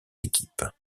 équipes